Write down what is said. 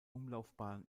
umlaufbahn